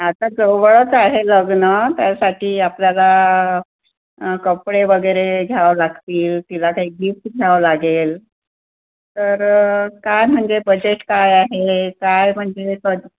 आता जवळच आहे लग्न त्यासाठी आपल्याला कपडे वगैरे घ्यावं लागतील तिला काही गिफ्ट घ्यावं लागेल तर काय म्हणजे बजेट काय आहे काय म्हणजे तर